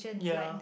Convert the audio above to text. ya